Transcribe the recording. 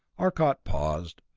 arcot paused,